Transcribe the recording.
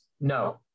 no